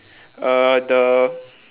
err the